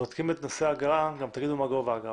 נושא האגרה, בבקשה גם תאמרו מה גובה האגרה.